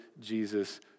Jesus